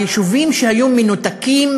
היישובים שהיו מנותקים